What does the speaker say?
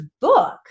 book